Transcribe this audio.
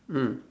mm